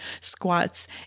squats